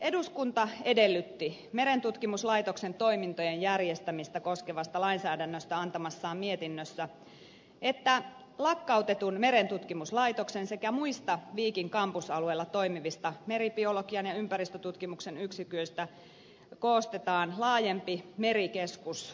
eduskunta edellytti merentutkimuslaitoksen toimintojen järjestämistä koskevasta lainsäädännöstä antamassaan mietinnössä että lakkautetun merentutkimuslaitoksen sekä muista viikin kampusalueella toimivista meribiologian ja ympäristötutkimuksen yksiköistä koostetaan laajempi merikeskus viikkiin